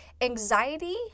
anxiety